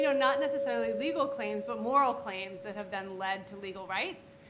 you know not necessarily legal claims but moral claims that have then led to legal rights,